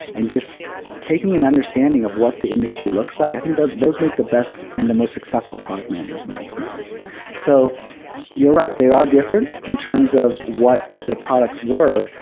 and just taking an understanding of what the industry looks like, i think those make the best and the most successful product managers in my experience so you're right, they are different in terms of what the products were,